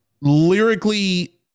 lyrically